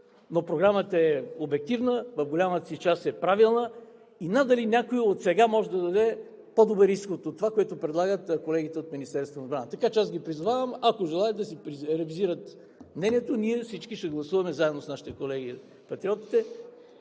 Но Програмата е обективна, в голямата си част е правилна. Надали някой отсега може да даде по-добър изход от това, което предлагат колегите от Министерството на отбраната. Така че аз Ви призовавам, ако желаят, да си ревизират мнението – всички ние ще гласуваме заедно с нашите колеги Патриотите